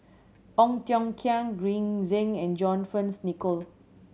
Ong Tiong Khiam Green Zeng and John Fearns Nicoll